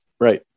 right